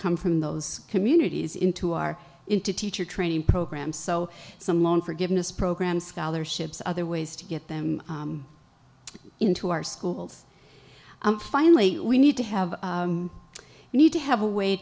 come from those communities into our into teacher training program so some loan forgiveness programs scholarships other ways to get them into our schools i'm finally we need to have need to have a way